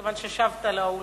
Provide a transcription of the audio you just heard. כיוון ששבת לאולם,